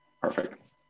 Perfect